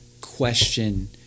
question